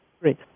Great